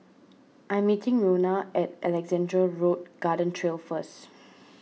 I'm meeting Rhona at Alexandra Road Garden Trail first